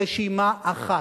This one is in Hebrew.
ברשימה אחת.